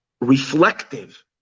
reflective